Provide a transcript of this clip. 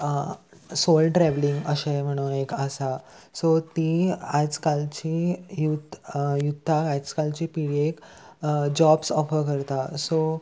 सोल travelling अशें म्हणून एक आसा सो ती आयज कालची यूथ युथाक आयज कालची पिळयेक जॉब्स ऑफर करता सो